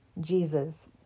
Jesus